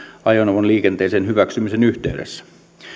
ajoneuvon liikenteeseen hyväksymisen yhteydessä